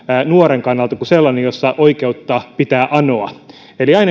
nuoren kannalta kuin sellainen jossa oikeutta pitää anoa aina